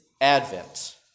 Advent